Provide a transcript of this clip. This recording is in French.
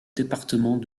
département